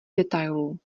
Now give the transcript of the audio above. detailů